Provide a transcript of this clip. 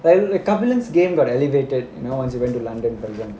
kabilan game got elevated you know once he went to london for example